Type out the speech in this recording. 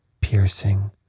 piercing